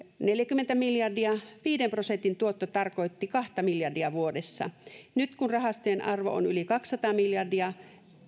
neljäkymmentä miljardia viiden prosentin tuotto tarkoitti kahta miljardia vuodessa nyt kun rahastojen arvo on yli kaksisataa miljardia